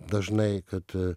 dažnai kad